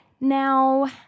Now